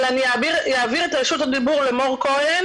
-- אבל אני אעביר את רשות הדיבור למור כהן